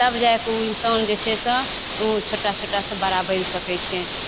तब जाके उ इंसान जे छै से छोटा छोटा से बड़ा बनि सकय छै